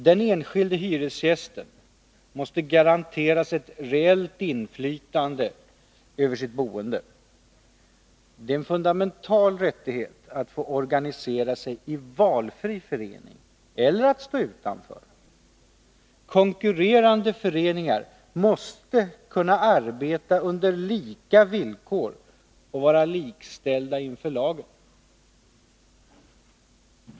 Den enskilde hyresgästen måste garanteras ett reellt inflytande över sitt boende. Det är en fundamental rättighet att få organisera sig i valfri förening, eller att stå utanför. Konkurrerande föreningar måste kunna arbeta under lika villkor och vara likställda inför lagen.